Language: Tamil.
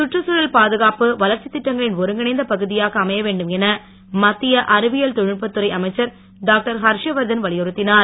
சுற்றுச் தழல் பாதுகாப்பு வளர்ச்சி திட்டங்களின் ஒருங்கிணைந்த பகுதியாக அமைய வேண்டும் என மத்திய அறிவியல் தொழில்நுட்ப துறை அமைச்சர் டாக்டர் ஹர்ஷவர்தன் வலியுறுத்தியுள்ளார்